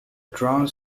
trans